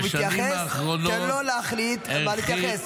הוא מתייחס, תן לו להחליט למה להתייחס.